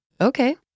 Okay